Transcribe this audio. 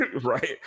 right